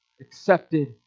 accepted